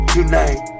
Tonight